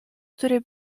który